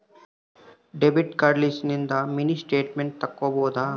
debit card ಲಿಸಿಂದ mini statement ತಕ್ಕೊಬೊದು